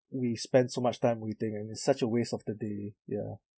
we spent so much time waiting and it's such a waste of the day ya